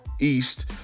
east